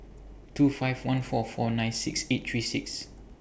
two five one four four nine six eight three six